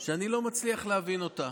שאני לא מצליח להבין אותה.